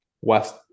west